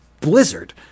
blizzard